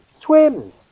swims